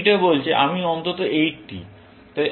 এই বিটা বলছে আমি অন্তত 80